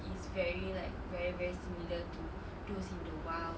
is very like very very similar to those in the wild